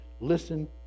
Listen